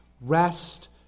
rest